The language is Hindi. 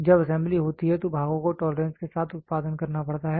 जब असेंबली होती है तो भागों को टोलरेंस के साथ उत्पादन करना पड़ता है